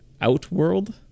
Outworld